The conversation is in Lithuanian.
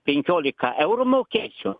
penkiolika eurų mokėsiu